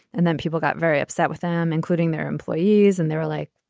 and then people got very upset with them, including their employees. and they're like,